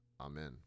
Amen